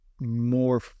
more